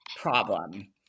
problem